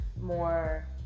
more